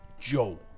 Joe